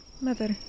Mother